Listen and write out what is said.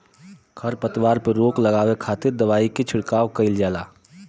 खरपतवार पे रोक लगावे खातिर दवाई के छिड़काव कईल जाला